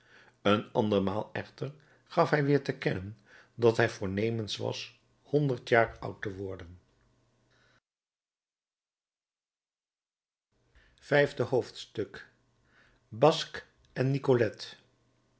een andermaal echter gaf hij weer te kennen dat hij voornemens was honderd jaar oud te worden vijfde hoofdstuk basque en nicolette